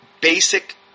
basic